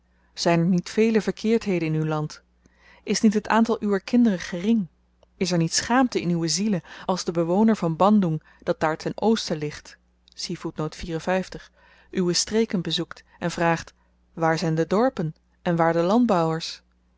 zyn er niet vele verkeerdheden in uw land is niet het aantal uwer kinderen gering is er niet schaamte in uwe zielen als de bewoner van bandoeng dat daar ten oosten ligt uwe streken bezoekt en vraagt waar zyn de dorpen en waar de landbouwers